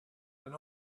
and